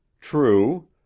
True